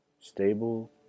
stable